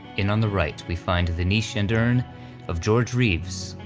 in on the right we find the niche and urn of george reeves,